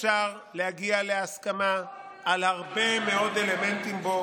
אפשר להגיע להסכמה על הרבה מאוד אלמנטים בו,